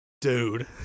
dude